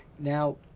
Now